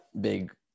Big